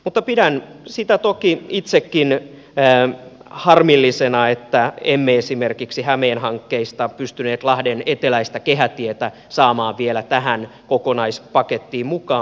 mutta pidän sitä toki itsekin harmillisena että emme esimerkiksi hämeen hankkeista pystyneet lahden eteläistä kehätietä saamaan vielä tähän kokonaispakettiin mukaan